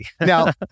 Now